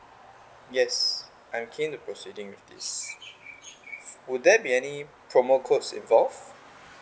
yes I'm keen to proceeding with this would there be any promo codes involved